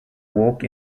walk